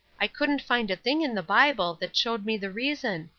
i couldn't find a thing in the bible that showed me the reason.